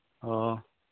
ꯑꯣ